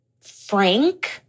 frank